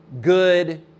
good